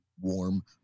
warm